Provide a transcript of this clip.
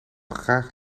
graag